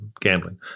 gambling